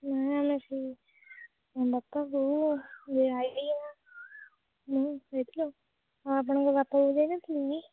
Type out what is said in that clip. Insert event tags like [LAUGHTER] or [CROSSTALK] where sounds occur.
ନାଇ ଆମେ ସେ ବାପା ବୋଉ [UNINTELLIGIBLE] ମୁଁ ଯାଇଥିଲୁ ଆଉ ଆପଣଙ୍କ ବାପା ବୋଉ ଯାଉ ନ ଥିଲେ କି